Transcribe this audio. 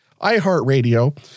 iHeartRadio